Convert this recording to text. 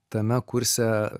tame kurse